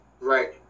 Right